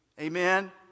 Amen